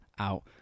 out